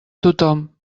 tothom